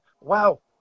Wow